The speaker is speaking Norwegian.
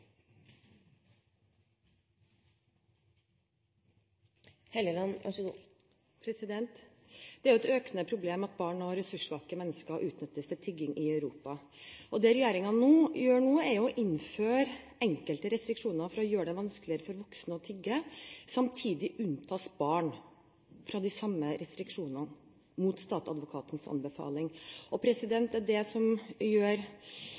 mennesker utnyttes til tigging i Europa. Det regjeringen gjør nå, er å innføre enkelte restriksjoner for å gjøre det vanskeligere for voksne å tigge. Samtidig unntas barn fra de samme restriksjonene, mot statsadvokatens anbefaling. Det er det som gjør